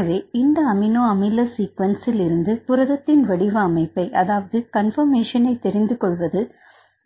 எனவே இந்த அமினோ அமில சீக்வென்ஸ்இல் இருந்து புரதத்தின் வடிவ அமைப்பை அதாவது கன்பர்மேஷன் ஐ புரிந்துகொள்வது